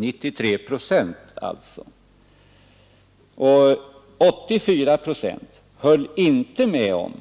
84 procent höll inte med om